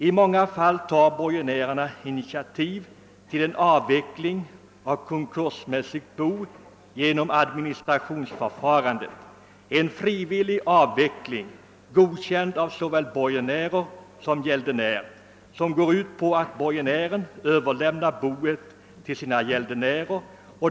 I många fall tar borgenärerna initiativ till en avveckling av konkursmässigt bo genom administrationsförfarande, en frivillig avveckling godkänd av såväl borgenärer som gäldenärer som innebär att borgenärerna överlämnar boet till sina gäldenärer.